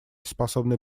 способной